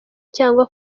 cyangwa